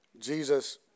Jesus